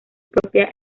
propia